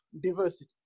diversity